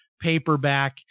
paperback